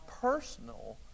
personal